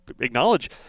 acknowledge